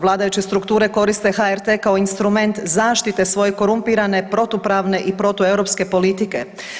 Vladajuće strukture koriste HRT kao instrument zaštite svoje korumpirane, protupravne i protueuropske politike.